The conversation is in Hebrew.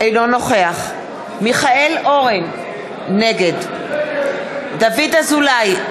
אינו נוכח מיכאל אורן, נגד דוד אזולאי,